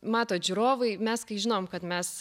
matot žiūrovai mes kai žinom kad mes